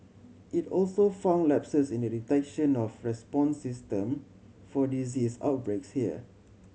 it also found lapses in the detection of response system for disease outbreaks here